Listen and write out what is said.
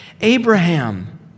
Abraham